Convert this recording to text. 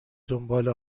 دنبال